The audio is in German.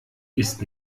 ist